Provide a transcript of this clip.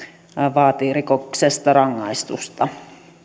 vaatii rikoksesta rangaistusta